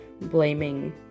blaming